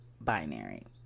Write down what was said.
binary